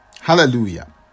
Hallelujah